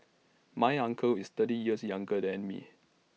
my uncle is thirty years younger than me